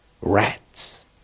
rats